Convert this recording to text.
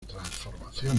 transformaciones